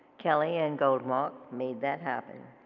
kelly and goldmark made that happen.